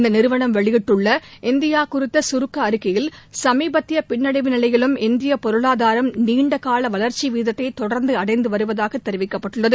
இந்த நிறுவனம் வெளியிட்டுள்ள இந்தியா குறித்த கருக்க அறிக்கையில் சமீபத்திய பின்னடைவு நிலையிலும் இந்தியப் பொருளாதாரம் நீண்டகால வளர்ச்சி வீதத்தை தொடர்ந்து அடைந்து வருவதாக தெரிவிக்கப்பட்டுள்ளது